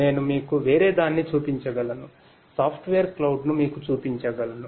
నేను మీకు వేరేదాన్ని చూపించగలను సాఫ్ట్వేర్ క్లౌడ్ను మీకు చూపించగలను